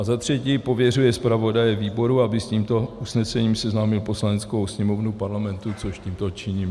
za třetí pověřuje zpravodaje výboru, aby s tímto usnesením seznámil Poslaneckou sněmovnu Parlamentu což tímto činím.